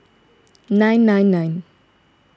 nine nine nine